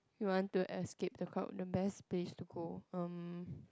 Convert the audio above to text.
you want to escape the crowd the best place to go erm